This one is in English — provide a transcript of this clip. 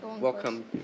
welcome